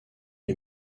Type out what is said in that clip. est